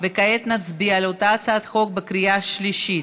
כעת נצביע על אותה הצעת חוק בקריאה שלישית.